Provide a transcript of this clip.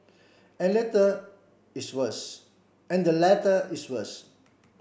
and latter is worse and the latter is worse